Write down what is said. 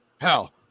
Hell